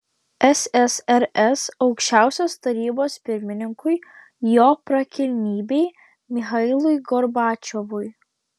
ssrs aukščiausiosios tarybos pirmininkui jo prakilnybei michailui gorbačiovui